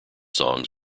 songs